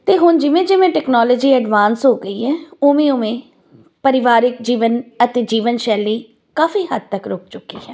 ਅਤੇ ਹੁਣ ਜਿਵੇਂ ਜਿਵੇਂ ਟੈਕਨੋਲਜੀ ਐਡਵਾਂਸ ਹੋ ਗਈ ਹੈ ਉਵੇਂ ਉਵੇਂ ਪਰਿਵਾਰਿਕ ਜੀਵਨ ਅਤੇ ਜੀਵਨ ਸ਼ੈਲੀ ਕਾਫੀ ਹੱਦ ਤੱਕ ਰੁੱਕ ਚੁੱਕੀ ਹੈ